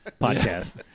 podcast